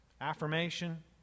affirmation